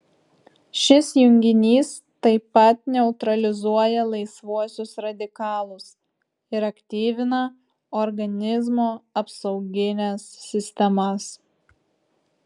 šis junginys taip pat neutralizuoja laisvuosius radikalus ir aktyvina organizmo apsaugines sistemas